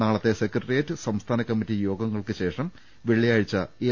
നാളത്തെ സെക്രട്ടറിയേറ്റ് സംസ്ഥാന കമ്മിറ്റി യോഗങ്ങൾക്ക് ശേഷം വെള്ളിയാഴ്ച എൽ